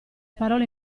parole